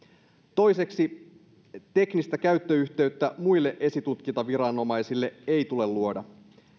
toiseksi teknistä käyttöyhteyttä muille esitutkintaviranomaisille ei tule luoda